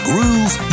Rules